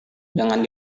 jangan